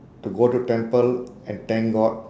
to go to temple and thank god